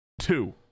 Two